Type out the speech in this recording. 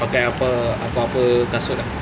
pakai apa apa-apa kasut lah